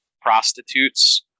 prostitutes